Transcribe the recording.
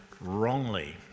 wrongly